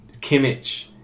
Kimmich